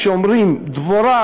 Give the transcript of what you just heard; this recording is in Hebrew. כשאומרים דבורה,